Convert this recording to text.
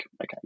okay